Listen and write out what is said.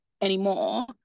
anymore